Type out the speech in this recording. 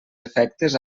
efectes